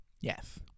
Yes